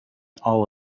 all